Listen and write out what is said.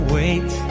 wait